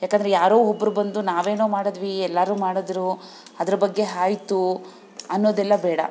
ಏಕೆಂದ್ರೆ ಯಾರೋ ಒಬ್ಬರು ಬಂದು ನಾವೇನೋ ಮಾಡಿದ್ವಿ ಎಲ್ಲರೂ ಮಾಡಿದ್ರು ಅದರ ಬಗ್ಗೆ ಆಯ್ತು ಅನ್ನೋದೆಲ್ಲ ಬೇಡ